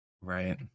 right